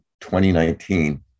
2019